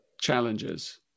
challenges